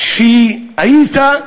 שהיית,